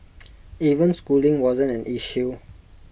even schooling wasn't an issue